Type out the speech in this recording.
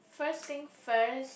first thing first